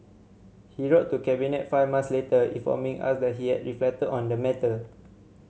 he wrote to Cabinet five months later informing us that he had reflected on the matter